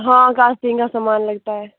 हाँ कास्टिंग का सामान लगता है